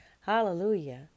Hallelujah